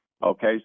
Okay